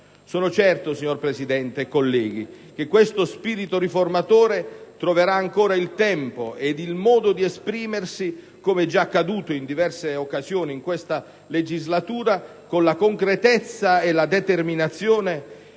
Sono certo, signora Presidente e colleghi, che questo spirito riformatore troverà ancora il tempo e il modo di esprimersi, come già accaduto in diverse occasioni in questa legislatura, con la concretezza e la determinazione